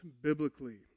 biblically